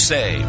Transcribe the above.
Say